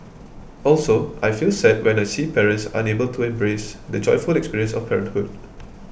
also I feel sad when I see parents unable to embrace the joyful experience of parenthood